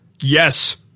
Yes